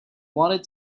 wanted